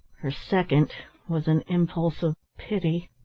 her second was an impulse of pity.